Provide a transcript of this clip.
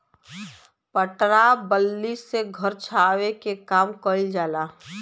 पटरा बल्ली से घर छावे के काम कइल जाला